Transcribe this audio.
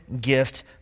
gift